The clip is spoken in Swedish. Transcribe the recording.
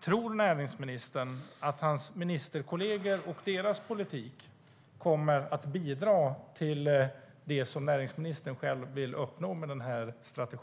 Tror näringsministern att hans ministerkollegor och deras politik kommer att bidra till det som näringsministern vill uppnå med sin strategi?